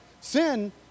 sin